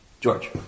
George